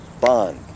Bond